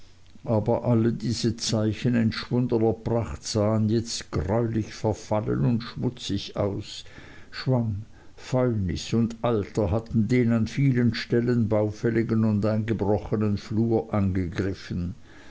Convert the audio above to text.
aber alle diese zeichen entschwundener pracht sahen jetzt greulich verfallen und schmutzig aus schwamm fäulnis und alter hatten die an vielen stellen baufällige und eingebrochne flur angegriffen